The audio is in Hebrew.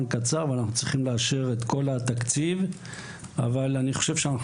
קצר ואנחנו צריכים לאשר את כל התקציב אבל אני חושב שאנחנו